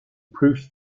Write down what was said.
proof